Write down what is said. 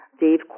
Dave